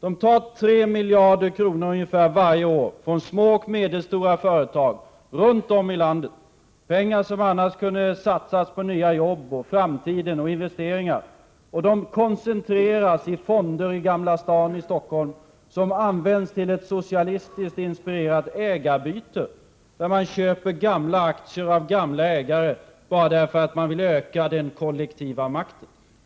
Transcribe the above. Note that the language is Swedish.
De tar ungefär 3 miljarder kronor varje år från små och medelstora företag runt om i landet — pengar som annars kunde ha satsats på nya jobb, på framtiden och investeringar. De pengarna koncentreras i fonder i Gamla Stan i Stockholm som används till ett socialistiskt inspirerat ägarbyte, där man köper gamla aktier av gamla ägare bara därför att man vill öka den kollektiva makten.